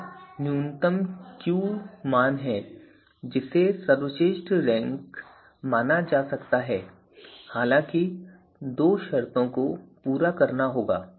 Q सूची में न्यूनतम मूल्य वाले इस विशेष विकल्प को वास्तव में सर्वश्रेष्ठ स्थान दिया जा सकता है इससे पहले इन दो शर्तों को संतुष्ट किया जाना चाहिए